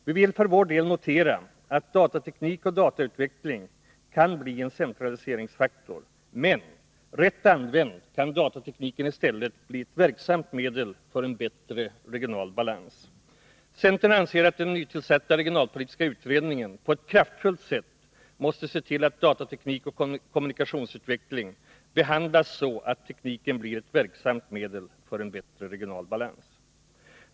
Vi vill för vår del notera att datateknik och datautveckling kan bli en centraliseringsfaktor, men att datautvecklingen rätt använd i stället kan bli ett verksamt medel för en bättre regional balans. Centern anser att den nytillsatta regionalpolitiska utredningen på ett kraftfullt sätt måste se till att datateknik och kommunikationsutveckling behandlas så, att tekniken blir ett verksamt medel för en bättre regional balans.